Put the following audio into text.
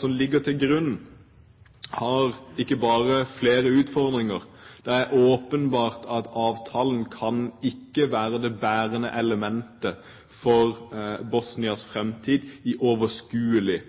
som ligger til grunn, har ikke bare flere utfordringer, det er åpenbart at avtalen ikke kan være det bærende elementet for Bosnia i overskuelig